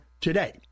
today